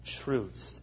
truth